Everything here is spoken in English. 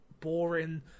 boring